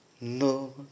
No